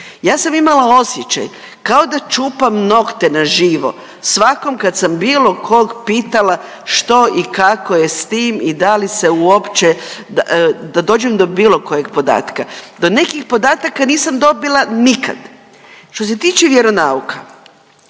Ja sam imala osjećaj kao da čupam nokte na živo svakom kad sam bilo kog pitala što ikako je s tim i da li se uopće da dođem do bilo kojeg podatka. Do nekih podataka nisam dobila nikad. Što se tiče vjeronauka,